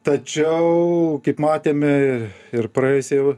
tačiau kaip matėme ir praėjusią ir